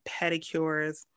pedicures